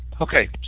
Okay